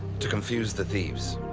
to confuse the thieves.